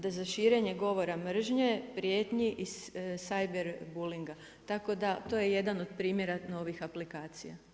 Da za širenje govora mržnje, prijetnji i … bulinga, tako da to je jedan od primjera novih aplikacija.